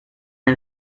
and